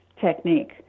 technique